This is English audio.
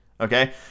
okay